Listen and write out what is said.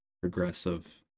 Progressive